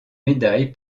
médaille